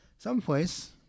someplace